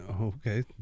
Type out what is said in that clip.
okay